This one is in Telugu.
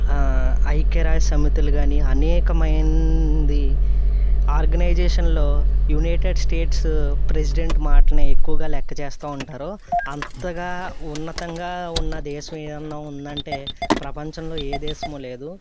ఐక్యరాజ్య సమితిలు కానీ అనేకమైంది ఆర్గనైజేషన్లో యూనైటెడ్ స్టేట్స్ ప్రెజిడెంట్ మాటనే ఎక్కువగా లెక్క చేస్తూ ఉంటారు అంతగా ఉన్నతంగా ఉన్న దేశం ఏదైనా ఉందంటే ప్రపంచంలో ఏ దేశమూ లేదు